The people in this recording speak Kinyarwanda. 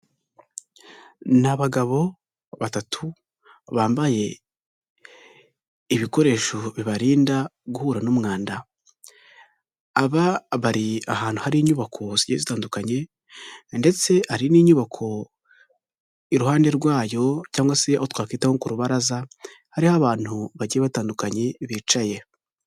Ni abagabo batatu bambaye ibikoresho bibarinda guhura n'umwanda, aba bari ahantu hari inyubako zigiye zitandukanye ndetse hari n'inyubako iruhande rwayo cyangwa se a aho twakwita nko ku rubaraza hariho abantu bagiye batandukanye bicaye.